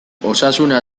osasuna